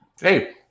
hey